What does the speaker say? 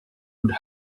would